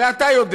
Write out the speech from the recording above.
הרי אתה יודע,